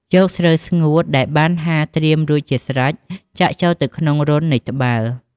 យកស្រូវស្ងួតដែលបានហាលត្រៀមរួចជាស្រេច ចាក់ចូលទៅក្នុងរន្ធនៃត្បាល់។